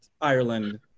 Ireland